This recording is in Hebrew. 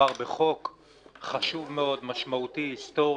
בחוק חשוב מאוד, משמעותי, היסטורי,